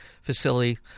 facility